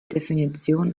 definition